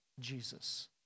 Jesus